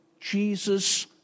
Jesus